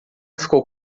ficou